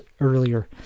earlier